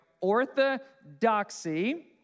Orthodoxy